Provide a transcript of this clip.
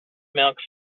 milky